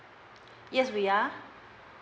yes we are